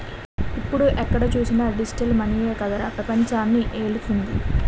ఇప్పుడు ఎక్కడ చూసినా డిజిటల్ మనీయే కదరా పెపంచాన్ని ఏలుతోంది